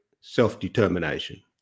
self-determination